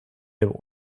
give